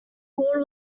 board